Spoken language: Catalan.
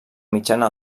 mitjana